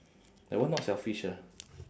that one not selfish ah